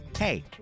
Hey